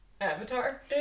avatar